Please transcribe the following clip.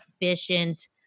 efficient